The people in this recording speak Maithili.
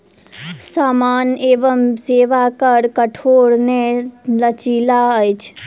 सामान एवं सेवा कर कठोर नै लचीला अछि